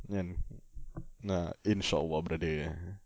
kan nak insyaallah brother